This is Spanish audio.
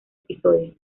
episodio